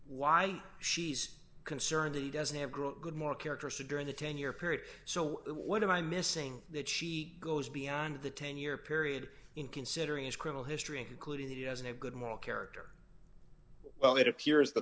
why she's concerned he doesn't have great good moral character said during the ten year period so what am i missing that she goes beyond the ten year period in considering his criminal history including the doesn't have good moral character well it appears th